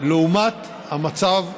לעומת המצב הקיים.